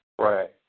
Right